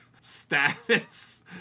status